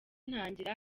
ntangire